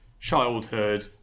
childhood